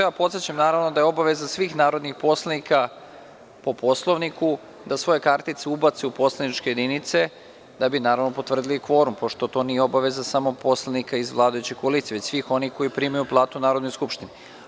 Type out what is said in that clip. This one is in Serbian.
Ja podsećam da je obaveza svih narodnih poslanika, po Poslovniku, da svoje kartice ubace u poslaničke jedinice da bi potvrdili kvorum, pošto to nije obaveza samo poslanika iz vladajuće koalicije, već svih onih koji primaju platu u Narodnoj skupštini.